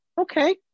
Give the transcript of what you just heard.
okay